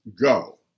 go